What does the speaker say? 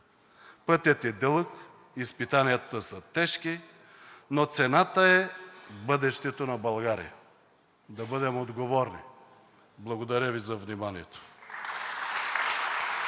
Пътят е дълъг, изпитанията са тежки, но цената е бъдещето на България. Да бъдем отговорни! Благодаря Ви за вниманието.